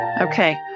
okay